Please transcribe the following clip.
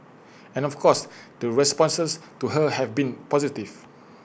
and of course the responses to her have been positive